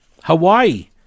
Hawaii